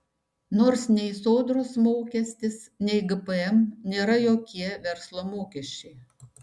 nors nei sodros mokestis nei gpm nėra jokie verslo mokesčiai